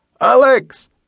Alex